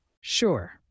Sure